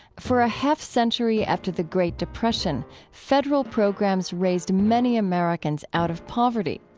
for a half-century after the great depression, federal programs raised many americans out of poverty,